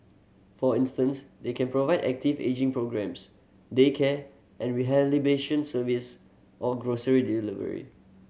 for instance they can provide active ageing programmes daycare and rehabilitation services or grocery delivery